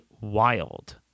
wild